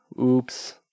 oops